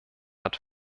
hat